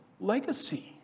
Legacy